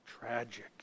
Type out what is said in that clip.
Tragic